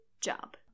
job